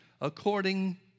according